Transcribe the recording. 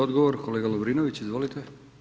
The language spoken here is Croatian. Odgovor kolega Lovrinović, izvolite.